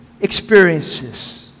experiences